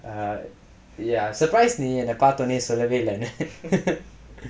err ya surprise நீ என்ன பாத்தோன சொல்லவே இல்லனு:nee paathonae sollavae illanu